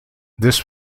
this